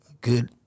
good